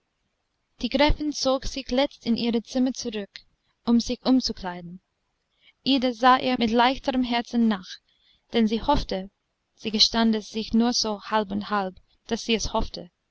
die gräfin zog sich letzt in ihre zimmer zurück um sich umzukleiden ida sah ihr mit leichterem herzen nach denn sie hoffte sie gestand es sich nur so halb und halb daß sie es hoffte aber sie hoffte